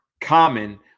common